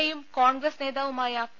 A യും കോൺഗ്രസ് നേതാവുമായ P